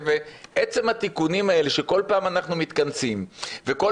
עצם התיקונים האלה שכל פעם אנחנו מתכנסים וכל